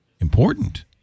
important